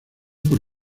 por